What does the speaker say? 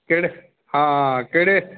ਕਿਹੜੇ ਹਾਂ ਕਿਹੜੇ